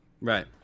Right